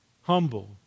humble